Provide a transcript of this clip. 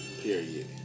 Period